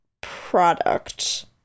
product